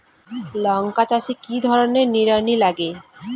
লঙ্কা চাষে কি ধরনের নিড়ানি লাগে?